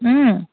ও